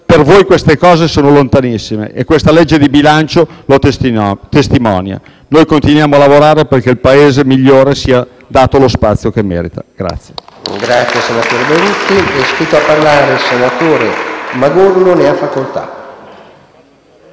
Per voi queste cose sono lontanissime e questa legge di bilancio lo testimonia. Noi continuiamo a lavorare perché al Paese migliore sia dato lo spazio che merita.